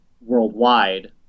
worldwide